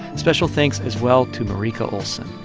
special thanks as well to marika olsen.